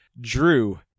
Drew